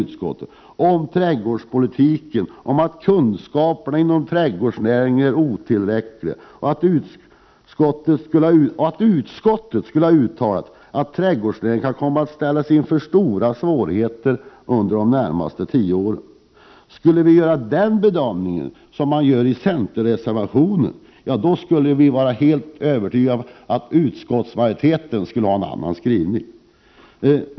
Den handlar om trädgårdspolitiken, om att kunskaperna inom trädgårdsnäringen är otillräckliga och att utskottet skulle ha uttalat att trädgårdsnäringen kan komma att ställas inför stora svårigheter under de närmaste tio åren. Om vi hade gjort samma bedömning, då skulle utskottsmajoriteten ha presterat en helt annan skrivning.